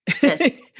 Yes